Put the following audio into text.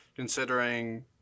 considering